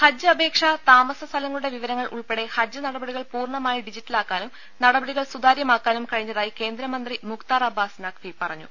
ഹജ്ജ് അപേക്ഷ താമസ സ്ഥലങ്ങളുടെ വിവരങ്ങൾ ഉൾപ്പെടെ ഹജ്ജ് നടപടികൾ പൂർണമായി ഡിജിറ്റലാക്കാനും നടപടികൾ സുതാര്യമാക്കാനും കഴിഞ്ഞതായി കേന്ദ്രമന്ത്രി മുക്താർ അബ്ബാസ് നഖ്വി പറഞ്ഞു